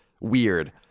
weird